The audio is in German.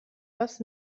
was